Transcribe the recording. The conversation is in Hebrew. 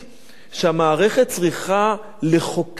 שהמערכת צריכה לחוקק בה: